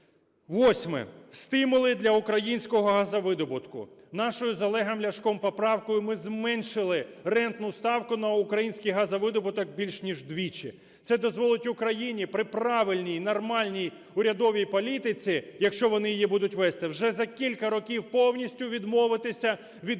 Восьме. Стимули для українського газовидобутку. Нашою з Олегом Ляшком поправкою ми зменшили рентну ставку на український газовидобуток більше ніж вдвічі. Це дозволить Україні при правильній, нормальній урядовій політиці, якщо вони її будуть вести, вже за кілька років повністю відмовитися від